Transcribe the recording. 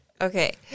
Okay